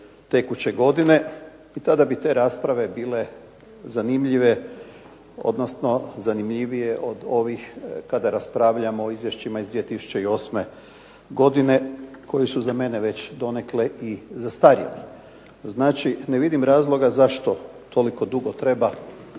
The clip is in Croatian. tekuće godine i tada bi te rasprave bile zanimljive odnosno zanimljivije od ovih kada raspravljamo o izvješćima iz 2008. godine koji su za mene već donekle i zastarjeli. Znači, ne vidim razloga zašto toliko dugo treba